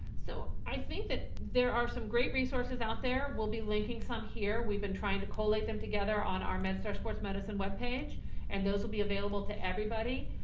so i think that there are some great resources out there. we'll be linking some here, we've been trying to collate them together on our, medstar sports medicine webpage and those will be available to everybody.